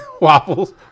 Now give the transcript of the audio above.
waffles